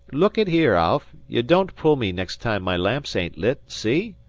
look at here, al you don't pull me next time my lamps ain't lit. see?